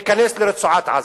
לרצועת-עזה?